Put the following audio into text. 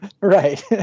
right